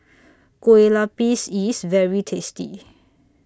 Kueh Lupis IS very tasty